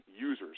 users